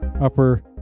upper